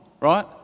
right